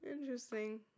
interesting